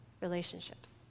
relationships